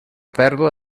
pèrdua